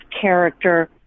character